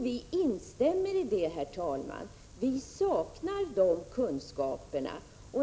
Vi instämmer i det, herr talman. Vi saknar dessa kunskaper.